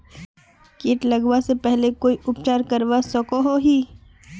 किट लगवा से पहले कोई उपचार करवा सकोहो ही?